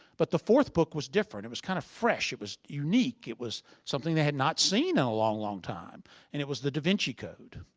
but the fourth book was different. it was kinda kind of fresh, it was unique, it was something they had not seen in a long, long time. and it was the da vinci code.